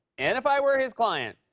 and if i were his client,